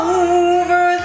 over